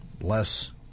less